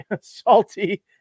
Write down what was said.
salty